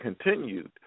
Continued